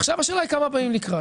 עכשיו השאלה היא כמה באים לקראת.